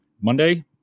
Monday